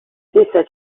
stessa